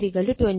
അതിനാൽ new 25